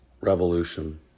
revolution